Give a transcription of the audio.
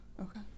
okay